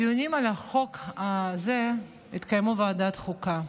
הדיונים על החוק הזה התקיימו בוועדת החוקה,